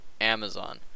Amazon